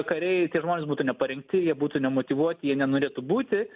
kariai ir tie žmonės būtų neparengti jie būtų nemotyvuoti jie nenorėtų būti